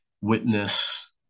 Witness